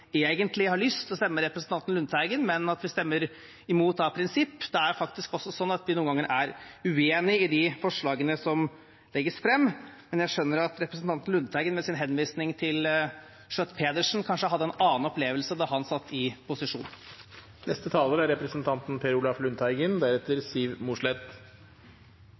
egentlig har lyst til å stemme med representanten Lundteigen, men stemmer imot av prinsipp. Det er faktisk sånn at vi noen ganger er uenig i de forslagene som legges fram, men jeg skjønner at representanten Lundteigen, med sin henvisning til Schjøtt-Pedersen, kanskje hadde en annen opplevelse da han satt i posisjon.